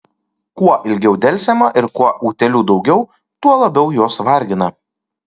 kuo ilgiau delsiama ir kuo utėlių daugiau tuo labiau jos vargina